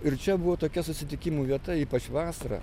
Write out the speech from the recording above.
ir čia buvo tokia susitikimų vieta ypač vasarą